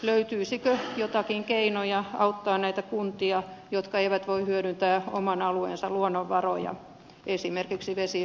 löytyisikö joitakin keinoja auttaa näitä kuntia jotka eivät voi hyödyntää oman alueensa luonnonvaroja esimerkiksi vesi